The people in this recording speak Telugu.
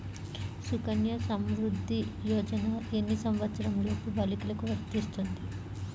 సుకన్య సంవృధ్ది యోజన ఎన్ని సంవత్సరంలోపు బాలికలకు వస్తుంది?